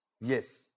yes